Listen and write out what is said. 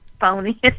Phony